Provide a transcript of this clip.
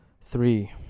three